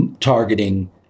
targeting